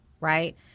Right